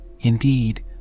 indeed